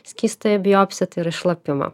skystąją biopsiją tai yra į šlapimą